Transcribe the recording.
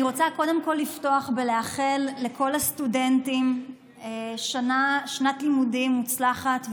אני רוצה קודם כול לפתוח ולאחל לכל הסטודנטים שנת לימודים מוצלחת,